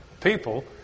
people